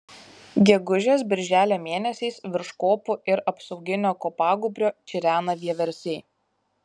gegužės birželio mėnesiais virš kopų ir apsauginio kopagūbrio čirena vieversiai